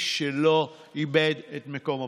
למי שלא איבד את מקום עבודתו.